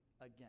again